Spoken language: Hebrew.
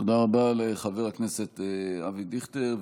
תודה רבה לחבר הכנסת אבי דיכטר.